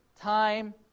time